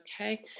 Okay